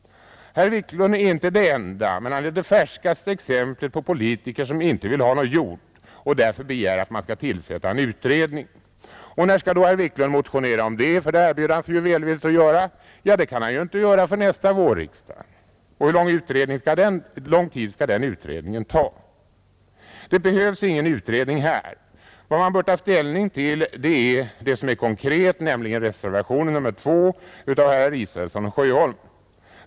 Herr Wiklund är inte det enda men det färskaste exemplet på politiker som inte vill ha någonting gjort och därför begär att man skall tillsätta en utredning. När skall då herr Wiklund motionera om detta? Han har ju välvilligt erbjudit sig att göra det. Ja, det kan han inte göra förrän nästa vårriksdag. Och hur lång tid skall den utredningen ta? Det behövs ingen utredning här. Vad man bör ta ställning till är det som är konkret, nämligen reservationen 2 av herrar Israelsson och Sjöholm.